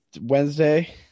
wednesday